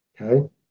Okay